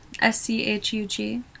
S-C-H-U-G